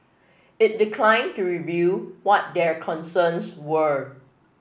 it declined to reveal what their concerns were